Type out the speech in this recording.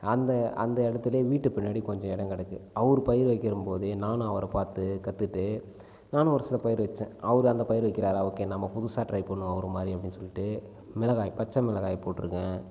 அந்த அந்த இடத்துலே வீட்டுக்கு பின்னாடி கொஞ்சம் இடம் கிடக்கு அவரு பயிர் வைக்கும் போது நானும் அவர பார்த்து கற்றுட்டு நானும் ஒரு சில பயிர் வைச்சேன் அவரு அந்த பயிர் வைக்கிறார ஓகே நம்ம புதுசாக ட்ரை பண்ணுவோம் அவர மாதிரி அப்படினு சொல்லிட்டு மிளகாய் பச்சை மிளகாய் போட்டிருக்கேன்